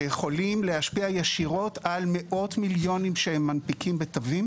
שיכולים להשפיע ישירות על מאות מיליונים שהם מנפיקים בתווים